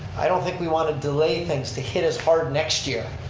i don't think we want to delay things to hit us hard next year.